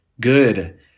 good